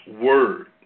Word